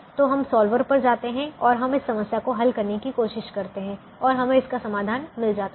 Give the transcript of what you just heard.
तो हम सॉल्वर पर जाते हैं और हम इस समस्या को हल करने की कोशिश करते हैं और हमें इसका समाधान मिल जाता है